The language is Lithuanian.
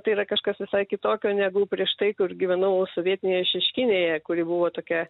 tai yra kažkas visai kitokio negu prieš tai kur gyvenau sovietinėje šeškinėje kuri buvo tokia